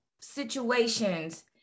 situations